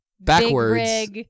Backwards